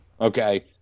Okay